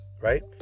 right